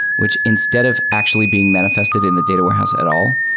which instead of actually being manifested in the data warehouse at all,